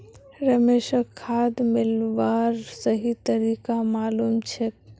रमेशक खाद मिलव्वार सही तरीका मालूम छेक